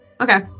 Okay